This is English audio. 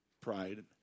pride